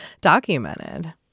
documented